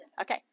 Okay